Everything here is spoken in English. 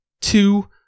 Two